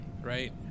right